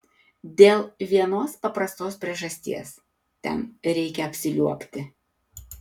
dėl vienos paprastos priežasties ten reikia apsiliuobti